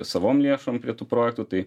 savom lėšom prie tų projektų tai